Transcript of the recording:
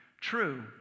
true